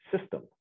system